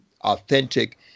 authentic